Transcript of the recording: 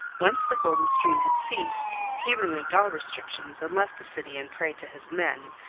once the golden stream had ceased, he removed all restrictions and left the city in prey to his men,